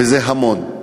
וזה המון,